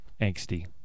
angsty